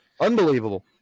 unbelievable